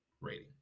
rating